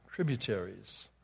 Tributaries